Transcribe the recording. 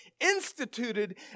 instituted